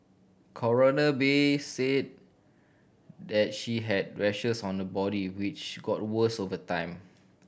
Coroner Bay said that she had rashes on her body which got worse over time